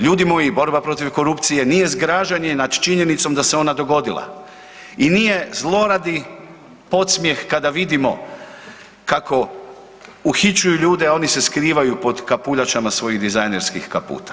Ljudi moji, borba protiv korupcije nije zgražanje nad činjenicom da se ona dogodila i nije zluradi podsmjeh kada vidimo kako uhićuju ljude, a oni se skrivaju pod kapuljačama svojih dizajnerskih kaputa.